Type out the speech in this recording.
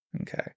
Okay